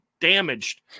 damaged